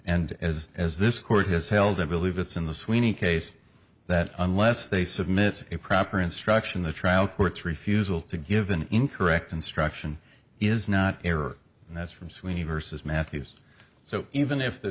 and as as this court has held it believe it's in the sweeney case that unless they submit a proper instruction the trial court's refusal to give an incorrect instruction is not error and that's from sweeney versus matthews so even if th